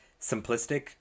simplistic